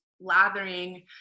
lathering